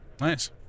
Nice